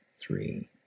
three